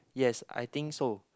yes I think so